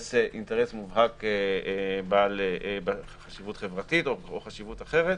אינטרס מובהק בעל חשיבות חברתית או חשיבות אחרת